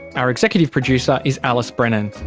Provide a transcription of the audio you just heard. our executive producer is alice brennan.